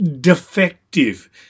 defective